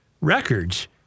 records